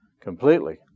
completely